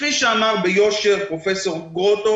כפי שאמר ביושר פרופסור גרוטו